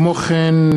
כמו כן,